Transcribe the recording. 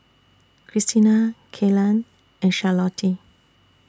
Krystina Kelan and Charlottie